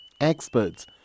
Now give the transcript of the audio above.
Experts